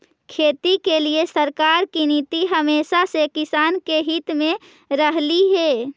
खेती के लिए सरकार की नीति हमेशा से किसान के हित में रहलई हे